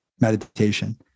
meditation